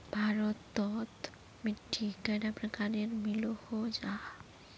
भारत तोत मिट्टी कैडा प्रकारेर मिलोहो जाहा?